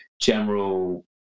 general